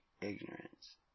ignorance